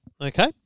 Okay